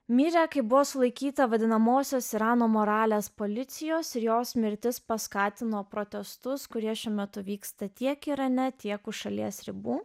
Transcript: mirė kai buvo sulaikyta vadinamosios irano moralės policijos ir jos mirtis paskatino protestus kurie šiuo metu vyksta tiek irane tiek už šalies ribų